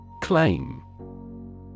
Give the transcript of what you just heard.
Claim